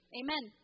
amen